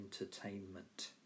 entertainment